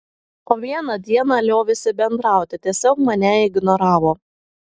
o vieną dieną liovėsi bendrauti tiesiog mane ignoravo